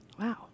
Wow